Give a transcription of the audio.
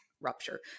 rupture